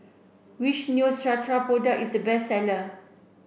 which Neostrata product is the best seller